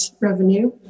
revenue